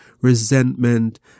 resentment